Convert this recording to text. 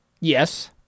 Yes